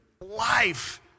life